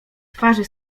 twarzy